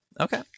Okay